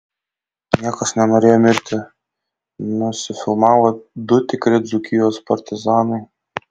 niekas nenorėjo mirti nusifilmavo du tikri dzūkijos partizanai